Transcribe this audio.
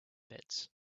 pits